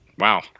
Wow